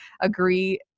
agree